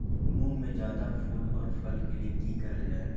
मुंग में जायदा फूल और फल के लिए की करल जाय?